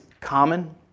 common